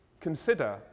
consider